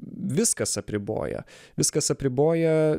viskas apriboja viskas apriboja